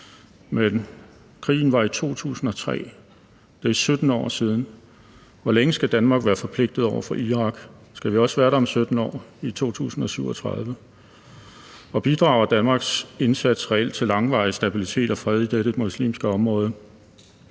Men krigen begyndte i 2003; det er 17 år siden. Hvor længe skal Danmark være forpligtede over for Irak? Skal vi også være der om 17 år i 2037? Og bidrager Danmarks indsats reelt til langvarig stabilitet og fred i dette muslimske område?